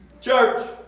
Church